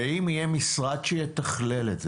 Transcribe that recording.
ואם יהיה משרד שיתכלל את זה,